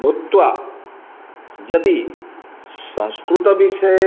भूत्वा यदि संस्कृतविषये